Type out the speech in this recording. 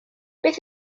beth